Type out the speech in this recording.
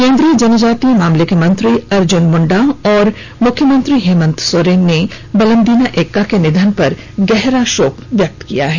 केंद्रीय जनजातीय मामले के मंत्री अर्जुन मुंडा ने और मुख्यमंत्री हेमन्त सोरेन ने बलमदीना एक्का के निधन पर शोक व्यक्त किया है